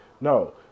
No